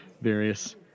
various